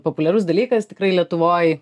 populiarus dalykas tikrai lietuvoj